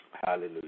Hallelujah